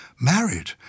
married